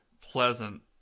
pleasant